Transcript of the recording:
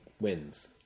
wins